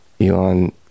Elon